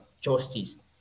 justice